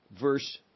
Verse